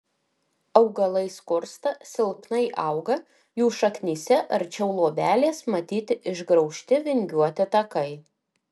augalai skursta silpnai auga jų šaknyse arčiau luobelės matyti išgraužti vingiuoti takai